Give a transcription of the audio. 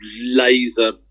laser